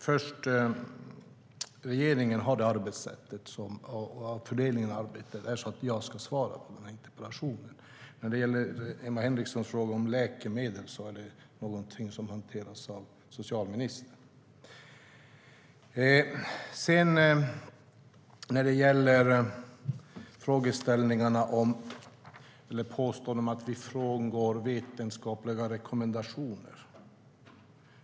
Fru talman! Regeringen har den fördelningen av arbetet att det är jag som ska svara på interpellationen. Emma Henrikssons fråga om läkemedel hanteras av socialministern. Det påstods att vi frångår vetenskapliga rekommendationer.